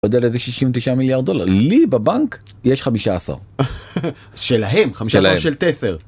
לאיזה 69 מיליארד דולר, לי בבנק יש חמישה עשרה. שלהם, חמישה עשרה של תפר.